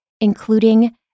including